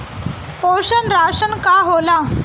पोषण राशन का होला?